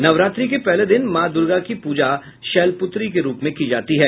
नवरात्रि के पहले दिन मां दुर्गा की पूजा शैलपुत्री के रूप में की जाती है